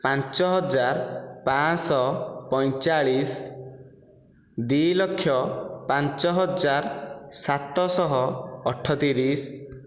ପାଞ୍ଚ ହଜାର ପାଞ୍ଚଶହ ପଇଁଚାଳିଶ ଦୁଇ ଲକ୍ଷ ପାଞ୍ଚ ହଜାର ସାତ ଶହ ଅଠତିରିଶ